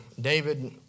David